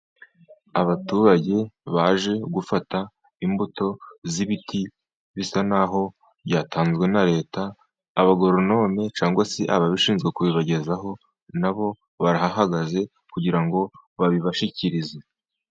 Abaturage baje gufata imbuto z'ibiti bisa naho byatanzwe na Leta, abagoronome cyangwa se ababishinzwe kubibagezaho nabo barahagaze kugira ngo babibashyikirize.